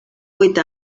vuit